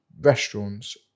restaurants